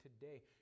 today